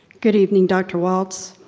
good evening, dr. walts,